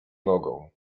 nogą